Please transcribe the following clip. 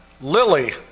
Lily